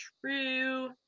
True